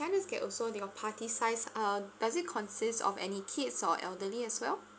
just get also your party size uh does it consists of any kids or elderly as well